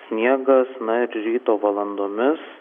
sniegas ryto valandomis